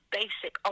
basic